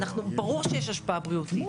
ברור שיש השפעה בריאותית.